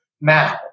now